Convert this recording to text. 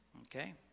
Okay